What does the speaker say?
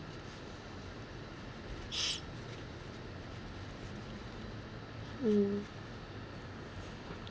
um